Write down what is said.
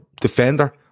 defender